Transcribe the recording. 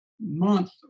month